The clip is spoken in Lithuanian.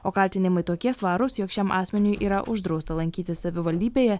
o kaltinimai tokie svarūs jog šiam asmeniui yra uždrausta lankytis savivaldybėje